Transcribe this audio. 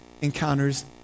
encounters